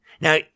Now